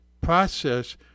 process